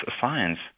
science